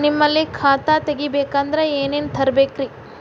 ನಿಮ್ಮಲ್ಲಿ ಖಾತಾ ತೆಗಿಬೇಕಂದ್ರ ಏನೇನ ತರಬೇಕ್ರಿ?